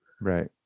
Right